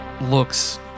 looks